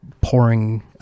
pouring